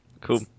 Cool